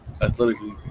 athletically